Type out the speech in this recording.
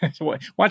Watch